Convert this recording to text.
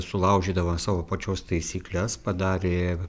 sulaužydama savo pačios taisykles padarė